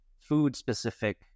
food-specific